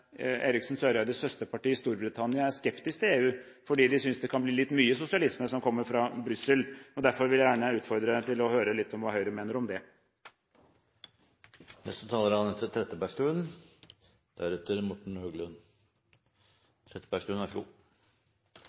Eriksen Søreides søsterparti i Storbritannia er skeptisk til EU, fordi de synes det kan bli litt mye sosialisme i det som kommer fra Brussel. Derfor vil jeg gjerne høre litt om hva Høyre mener om